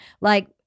Like-